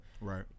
right